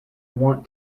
want